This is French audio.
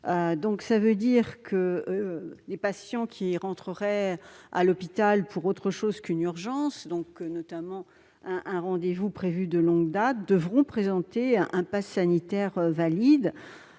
programmés. Ainsi, les patients se rendant à l'hôpital pour un autre motif qu'une urgence, notamment un rendez-vous prévu de longue date, devront présenter un passe sanitaire valide.